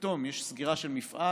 פתאום יש סגירה של מפעל,